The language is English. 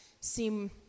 seem